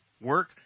work